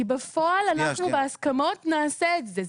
כי בפועל, אנחנו בהסכמות נעשה את זה.